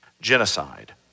Genocide